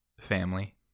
family